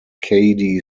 cady